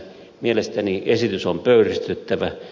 mielestäni esitys on pöyristyttävä